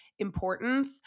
importance